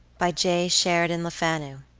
by j. sheridan lefanu